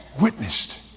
witnessed